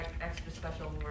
extra-special